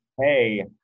hey